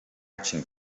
marching